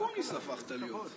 כמו אקוניס הפכת להיות.